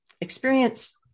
experience